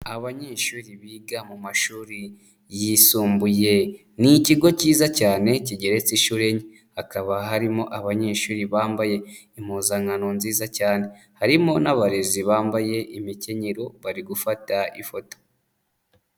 Abanyeshuri biga mu mashuri yisumbuye. Ni ikigo cyiza cyane kigeretse ishuri enye. Hakaba harimo abanyeshuri bambaye impuzankano nziza cyane. Harimo n'abarezi bambaye imikenyero, bari gufata ifoto.